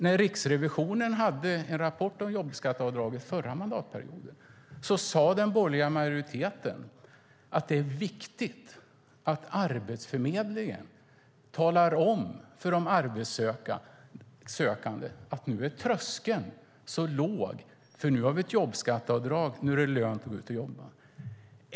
När Riksrevisionen kom med en rapport om jobbskatteavdraget förra mandatperioden sade den borgerliga majoriteten att det är viktigt att Arbetsförmedlingen talar om för de arbetssökande att nu är tröskeln så låg, för nu har vi ett jobbskatteavdrag, att det är lönt att gå ut och jobba.